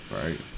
Right